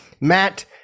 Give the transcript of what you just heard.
Matt